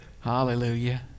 hallelujah